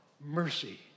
mercy